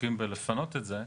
עסוקים בלפנות את זה,